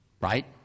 Right